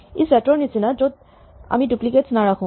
ই set ৰ নিচিনা য'ত আমি ডুপ্লিকেটছ নাৰাখো